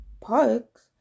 Parks